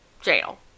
jail